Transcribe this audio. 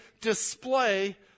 display